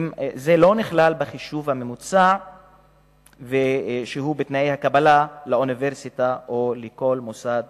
זה לא נכלל בחישוב הממוצע שהוא בתנאי הקבלה לאוניברסיטה או לכל מוסד